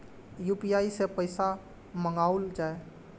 UPI सै पैसा मंगाउल जाय?